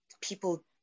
people